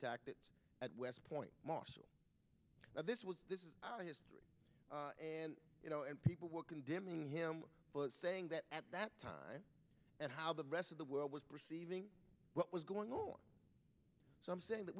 doctor at west point marshall this was this is history and you know and people were condemning him saying that at that time and how the rest of the world was perceiving what was going on so i'm saying that